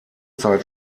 zeit